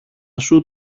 σου